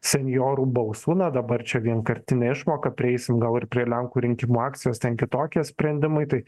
senjorų balsų na dabar čia vienkartinė išmoka prieisim gal ir prie lenkų rinkimų akcijos ten kitokie sprendimai tai